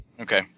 okay